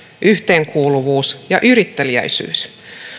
yhteenkuuluvuus ja yritteliäisyys